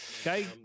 Okay